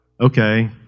okay